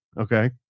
Okay